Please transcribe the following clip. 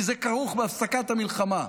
כי זה כרוך בהפסקת המלחמה.